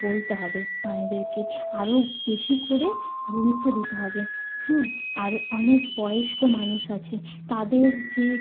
বলতে হবে মায়েদেরকে আরও বেশি করে গুরুত্ব দিতে হবে হ্যাঁ আর অনেক বয়স্ক মানুষ আছে তাদের যে